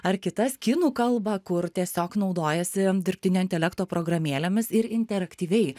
ar kitas kinų kalbą kur tiesiog naudojasi dirbtinio intelekto programėlėmis ir interaktyviai